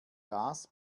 das